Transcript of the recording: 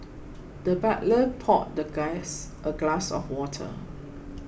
the butler poured the guys a glass of water